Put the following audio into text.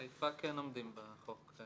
חיפה כן עומדים בחוק.